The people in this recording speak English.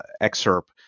excerpt